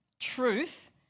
Truth